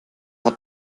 hat